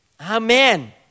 Amen